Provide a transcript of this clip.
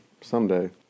Someday